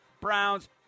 Browns